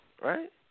right